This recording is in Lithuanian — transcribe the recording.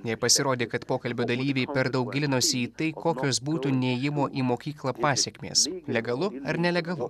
jai pasirodė kad pokalbio dalyviai per daug gilinosi į tai kokios būtų neėjimo į mokyklą pasekmės legalu ar nelegalu